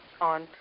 on